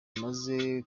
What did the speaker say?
bimaze